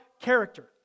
character